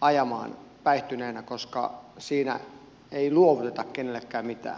ajamaan päihtyneenä sen tähden että siinä ei luovuteta kenellekään mitään